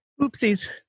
Oopsies